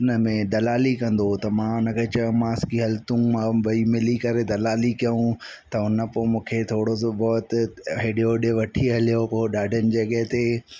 हुन में दलाली कंदो हुओ त मां हुन खे चयोमांसि की हल तूं मां ॿई मिली करे दलाली कयूं त हुन पो मुखे थोरो सो बहुत हेॾे होॾे वठी हलियो पोइ ॾाढनि जॻह ते